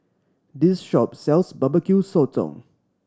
this shop sells Barbecue Sotong